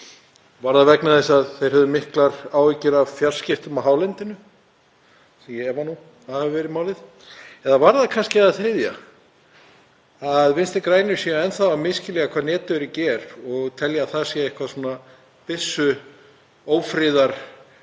var það vegna þess að þeir höfðu miklar áhyggjur af fjarskiptum á hálendinu? Ég efa nú að það hafi verið málið. Eða var það kannski það þriðja, að Vinstri grænir séu enn þá að misskilja hvað netöryggi er og telja að það sé einhver byssuófriðarhlutur